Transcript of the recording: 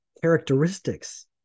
characteristics